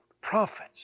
Prophets